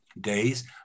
days